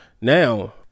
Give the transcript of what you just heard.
Now